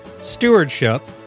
stewardship